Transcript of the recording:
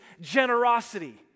generosity